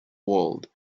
world